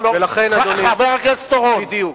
חבר הכנסת אורון,